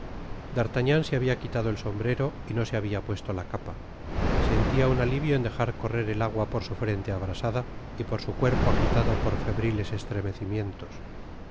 d'artagnan se babia quitado el sombrero y no se habia puesto la capa sentia un alivio en dejar correr el agua por su frente abrasada y por su cuerpo agitado por febriles es